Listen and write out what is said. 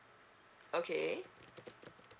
okay